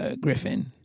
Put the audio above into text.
Griffin